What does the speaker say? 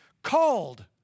Called